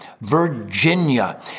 Virginia